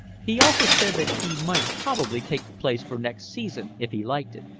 he also said that he might probably take the place for next season, if he liked it.